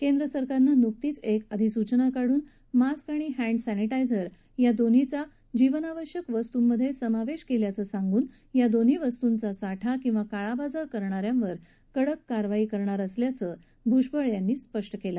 केंद्र सरकारनं नुकतीच एक अधिसूचना काढून मास्क आणि हॅंड सॅनिटायझर या दोन्हीचा जीवनावश्यक वस्तूंमध्ये समावेश केल्याचं सांगून या दोन्ही वस्तूंचा साठा किंवा काळाबाजार करणाऱ्यांवरही कडक कारवाई करणार असल्याचं भुजबळ यांनी सांगितलं